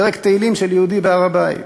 פרק תהילים של יהודי בהר-הבית.